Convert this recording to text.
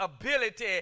ability